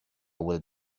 will